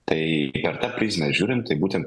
tai per tą prizmę žiūrint tai būtent